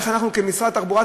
איך אנחנו כמשרד התחבורה,